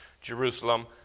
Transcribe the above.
Jerusalem